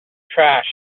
trash